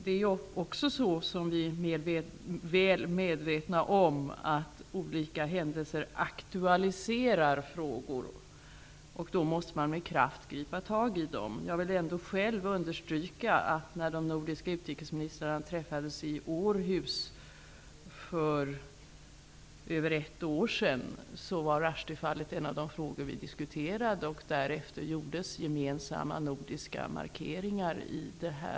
Det är också så, som vi är väl medvetna om, att olika händelser aktualiserar frågor. Då måste man med kraft gripa tag i dessa. Jag vill understryka att Rushdiefallet var en av de frågor som de nordiska utrikesministrarna diskuterade i Århus för mer än ett år sedan.